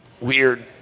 weird